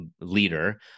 leader